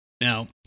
Now